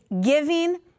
giving